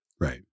Right